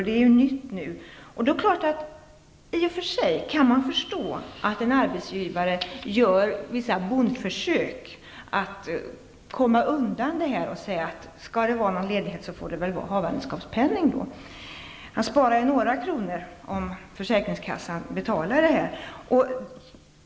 Det är en nyhet. I och för sig kan man förstå att en arbetsgivare gör vissa försök att komma undan genom att säga: Skall det vara någon ledighet, får det väl vara ledighet med havandeskapspenning. Han sparar ju några kronor om försäkringskassan betalar.